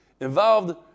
Involved